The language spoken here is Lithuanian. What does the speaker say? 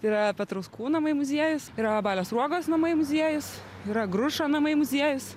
yra petrauskų namai muziejus yra balio sruogos namai muziejus yra grušo namai muziejus